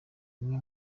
umwe